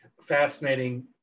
Fascinating